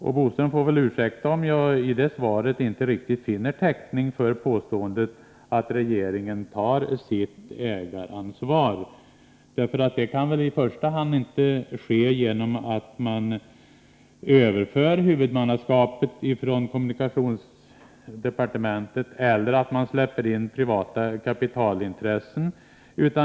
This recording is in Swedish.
Curt Boström får ursäkta om jag i det svaret inte riktigt finner täckning för påståendet att regeringen tar sitt ägaransvar. Detta kan väl i första hand inte ske genom att man överför huvudmannaskapet från kommunikationsdepartementet eller att man släpper in privata kapitalintressen.